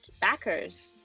backers